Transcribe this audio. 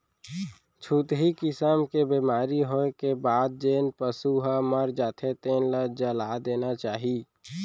छुतही किसम के बेमारी होए के बाद जेन पसू ह मर जाथे तेन ल जला देना चाही